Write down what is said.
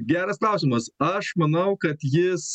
geras klausimas aš manau kad jis